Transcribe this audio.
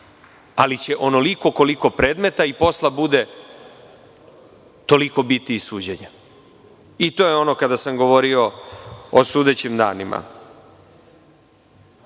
ali će, onoliko koliko predmeta i posla bude, toliko biti i suđenja. To je ono kada sam govorio o sudećim danima. To